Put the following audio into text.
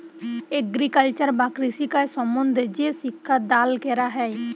agriculture বা কৃষিকাজ সম্বন্ধে যে শিক্ষা দাল ক্যরা হ্যয়